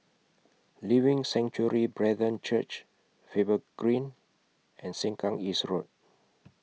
Living Sanctuary Brethren Church Faber Green and Sengkang East Road